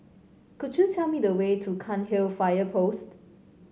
could you tell me the way to Cairnhill Fire Post